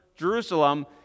Jerusalem